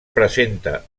presenta